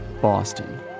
Boston